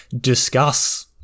discuss